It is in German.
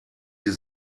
sie